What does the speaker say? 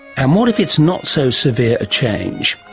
and what if it's not so severe a change?